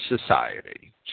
society